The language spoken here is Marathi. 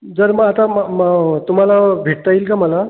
जर मग आता मग म तुम्हाला भेटता येईल का मला